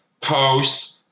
post